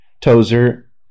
Tozer